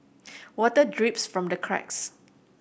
water drips from the cracks